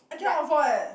I cannot afford leh